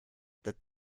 that